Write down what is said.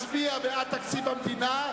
מצביע בעד תקציב המדינה,